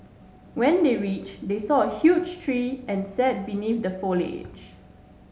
when they reach they saw a huge tree and sat beneath the foliage